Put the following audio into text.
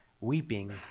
weeping